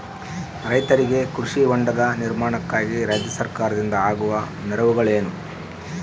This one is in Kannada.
ರೈತರಿಗೆ ಕೃಷಿ ಹೊಂಡದ ನಿರ್ಮಾಣಕ್ಕಾಗಿ ರಾಜ್ಯ ಸರ್ಕಾರದಿಂದ ಆಗುವ ನೆರವುಗಳೇನು?